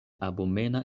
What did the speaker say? abomena